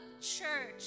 church